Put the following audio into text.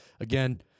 again